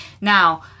Now